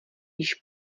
již